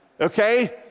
okay